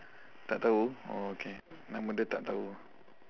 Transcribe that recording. tak tahu oh okay nama dia tak tahu